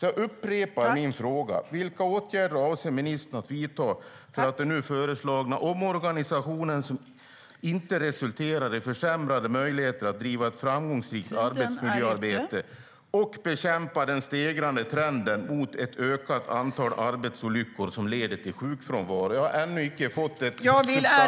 Jag upprepar min fråga: Vilka åtgärder avser ministern att vidta för att den nu föreslagna omorganisationen inte ska resultera i försämrade möjligheter att driva ett framgångsrikt arbetsmiljöarbete och bekämpa den stegrande trenden mot ett ökat antal arbetsolyckor som leder till sjukfrånvaro? Jag har ännu inte fått ett substantiellt svar.